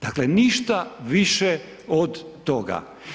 Dakle, ništa više od toga.